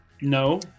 No